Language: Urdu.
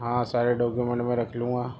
ہاں سارے ڈاکومنٹ میں رکھ لوں گا